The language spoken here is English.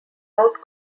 out